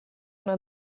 una